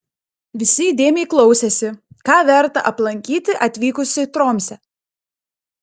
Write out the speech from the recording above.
visi įdėmiai klausėsi ką verta aplankyti atvykus į tromsę